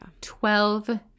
Twelve